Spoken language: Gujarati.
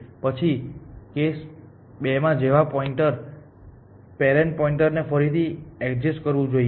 પછી કેસ ૨ જેવા પોઇન્ટર પેરેન્ટ પોઇન્ટરને ફરીથી એડજસ્ટ કરવું જોઈએ